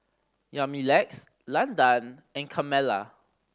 Yamilex Landan and Carmella